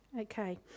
Okay